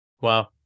Wow